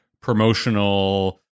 promotional